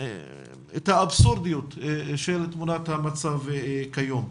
האבסורדיות של תמונת המצב כיום.